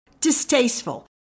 distasteful